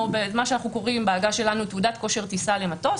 או מה שאנחנו קוראים בעגה שלנו "תעודת כושר טיסה למטוס",